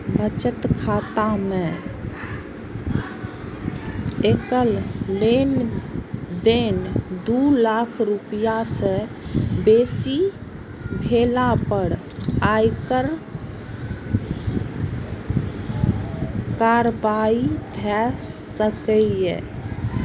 बचत खाता मे एकल लेनदेन दू लाख रुपैया सं बेसी भेला पर आयकर कार्रवाई भए सकैए